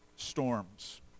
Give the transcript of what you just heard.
storms